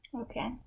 Okay